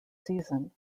season